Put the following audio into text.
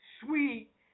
sweet